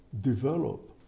develop